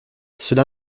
cela